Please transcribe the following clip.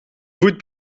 voet